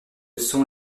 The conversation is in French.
sont